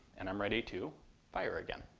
and i'm ready to fire again.